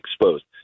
exposed